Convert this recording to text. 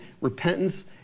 repentance